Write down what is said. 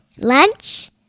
Lunch